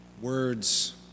words